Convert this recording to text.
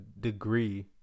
degree